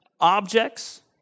objects